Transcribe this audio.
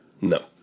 No